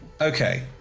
Okay